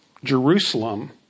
Jerusalem